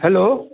hello